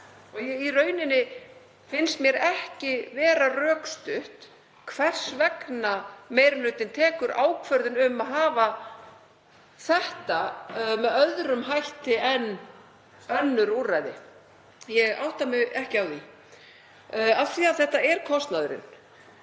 Í rauninni finnst mér ekki vera rökstutt hvers vegna meiri hlutinn tekur ákvörðun um að hafa þetta með öðrum hætti en önnur úrræði. Ég átta mig ekki á því af því þetta er kostnaðurinn